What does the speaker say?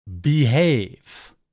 behave